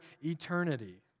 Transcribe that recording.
eternity